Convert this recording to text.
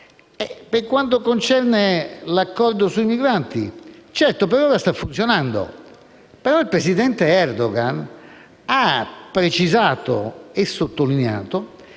Per quanto concerne l'accordo sui migranti, certo per ora sta funzionando. Però il presidente Erdogan ha precisato e sottolineato